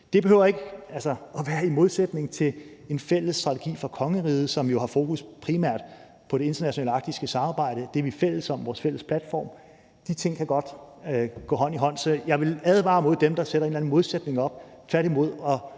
Det behøver ikke at være i modsætning til en fælles strategi for kongeriget, som jo primært har fokus på det internationale arktiske samarbejde, for det er vi fælles om, det er vores fælles platform, så de ting kan godt gå hånd i hånd. Jeg vil tværtimod advare imod dem, der sætter en eller anden modsætning op, og